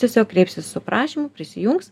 tiesiog kreipsis su prašymu prisijungs